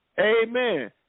Amen